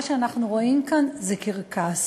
מה שאנחנו רואים כאן זה קרקס.